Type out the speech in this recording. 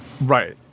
right